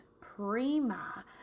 Prima